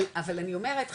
אבל אני אומרת,